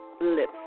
lips